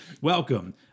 welcome